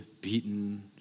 beaten